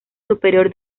superior